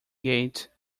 gate